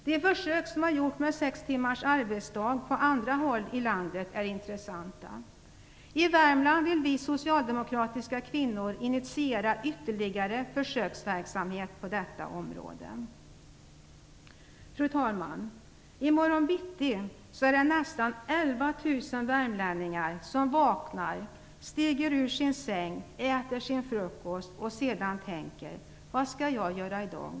De försök som gjorts med 6 timmars arbetsdag på andra håll i landet är intressanta. I Värmland vill vi socialdemokratiska kvinnor initiera ytterligare försöksverksamhet på detta område. Fru talman! I morgon bitti är det nästan 11 000 värmlänningar som vaknar, stiger ur sin säng, äter sin frukost och sedan tänker: Vad skall jag göra i dag?